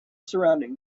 surrounding